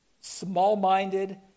Small-minded